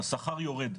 השכר יורד,